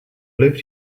lived